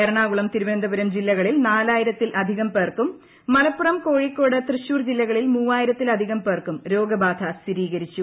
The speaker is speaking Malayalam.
എറണാകുളം തിരുവനന്തപുരം ജില്ലകളിൽ നാലായിരത്തിൽ അധികം പേർക്കും മലപ്പുറം കോഴിക്ക്ട്രോട് തൃശൂർ ജില്ലകളിൽ മൂവായിരത്തിൽ അധികം പേർക്കും ഒരോഗ് ബാധ സ്ഥിരീകരിച്ചു